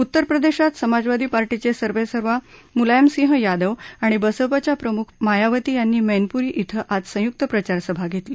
उत्तरप्रदेशात समाजवादी पार्टीचे सर्वेसर्वा मुलायमसिंह यादव आणि बसपाच्या प्रमुख मायावती यांनी माप्पिरी इथं आज संयुक्त प्रचारसभा घेतली